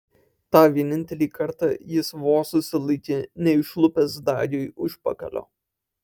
tą vienintelį kartą jis vos susilaikė neišlupęs dagiui užpakalio